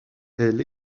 elle